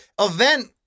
event